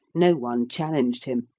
no one challenged him.